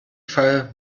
fall